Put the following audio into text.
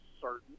certain